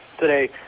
today